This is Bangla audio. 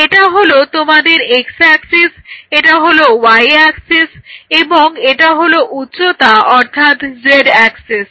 এটা হলো তোমাদের x অ্যাক্সিস এটা হলো y অ্যাক্সিস এবং এটা হলো উচ্চতা অর্থাৎ z অ্যাক্সিস